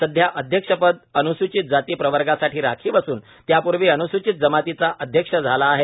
सध्या अध्यक्षपद अनुसूचित जाती प्रवर्गासाठी राखीव असून त्यापूर्वी अनुसूचित जमातीचा अध्यक्ष झाला आहे